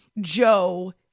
Joe